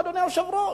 אדוני היושב-ראש.